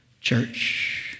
church